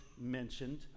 mentioned